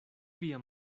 via